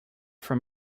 from